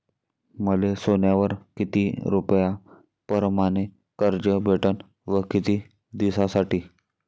मले सोन्यावर किती रुपया परमाने कर्ज भेटन व किती दिसासाठी?